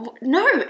No